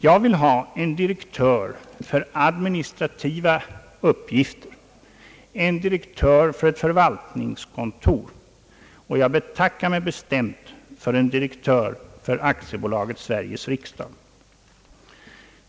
Jag vill ha en direktör för administrativa uppgifter, en direktör för ett förvaltningskontor, men jag betackar mig bestämt för en direktör för AB Sveriges Riksdag.